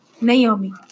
Naomi